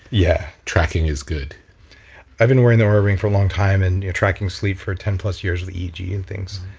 yeah tracking is good i've been wearing the oura ring for a long time and tracking sleep for ten plus years of the eeg and things.